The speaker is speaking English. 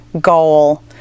goal